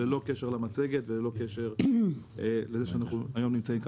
ללא קשר למצגת וללא קשר לזה שאנחנו נמצאים כאן